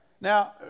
now